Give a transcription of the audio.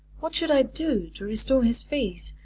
what should i do to restore his faith,